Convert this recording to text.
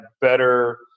better